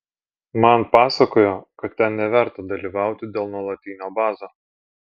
man pasakojo kad ten neverta dalyvauti dėl nuolatinio bazo